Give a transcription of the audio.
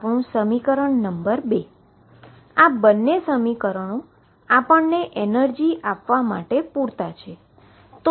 આપણુ સમીકરણ નંબર ૨ અને આ બંને સમીકરણો આપણને એનર્જી આપવા માટે પૂરતા છે